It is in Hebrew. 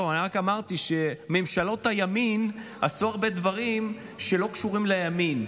רק אמרתי שממשלות הימין עשו הרבה דברים שלא קשורים לימין,